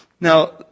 Now